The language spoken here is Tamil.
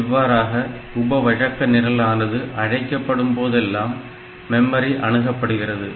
இவ்வாறாக உப வழக்க நிரலானது அழைக்கப்படும் போதெல்லாம் மெமரி அணுகப்படுகிறது